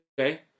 Okay